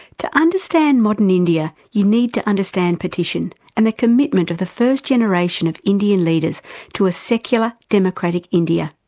to understand modern india, you need to understand partition, and the commitment of the first generation of indian leaders to a secular, democratic india,